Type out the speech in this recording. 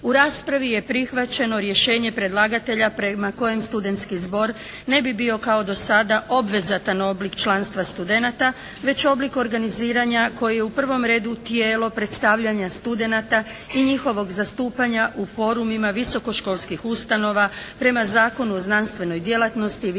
U raspravi je prihvaćeno rješenje predlagatelja prema kojem studentski zbor ne bi bio kao do sada obvezatan oblik članstva studenata, već oblik organiziranja koji je u prvom redu tijelo predstavljanja studenata i njihovog zastupanja u forumima visokoškolskih ustanova prema Zakonu o znanstvenoj djelatnosti i visokom